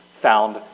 found